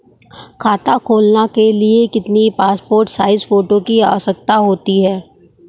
खाता खोलना के लिए कितनी पासपोर्ट साइज फोटो की आवश्यकता होती है?